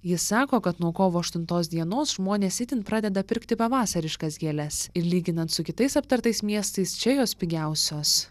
ji sako kad nuo kovo aštuntos dienos žmonės itin pradeda pirkti pavasariškas gėles ir lyginant su kitais aptartais miestais čia jos pigiausios